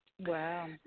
Wow